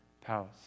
palace